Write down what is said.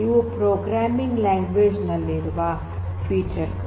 ಇವು R programming language ನಲ್ಲಿರುವ feature ಗಳು